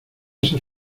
esas